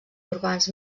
urbans